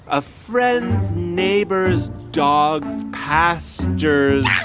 a friend's neighbor's dog's pastor's.